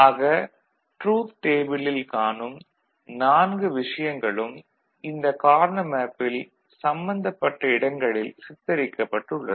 ஆக ட்ரூத் டேபிளில் காணும் 4 விஷயங்களும் இந்த கார்னா மேப்பில் சம்பந்தப்பட்ட இடங்களில் சித்தரிக்கப்பட்டுள்ளது